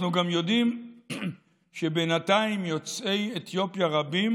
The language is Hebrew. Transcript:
אנחנו גם יודעים שבינתיים יוצאי אתיופיה רבים